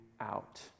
out